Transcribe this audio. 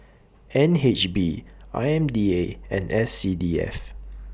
N H B I M D A and S C D F